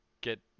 get